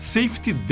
Safety